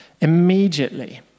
Immediately